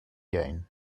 gain